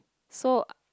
so